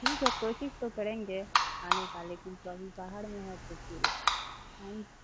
ٹھیک ہے کوشش تو کریں گے آنے کا لیکن تو ابھی باہر میں ہے تو پھر ٹھیک